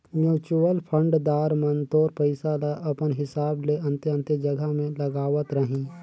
mutual fund दार मन तोर पइसा ल अपन हिसाब ले अन्ते अन्ते जगहा में लगावत रहीं